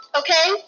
okay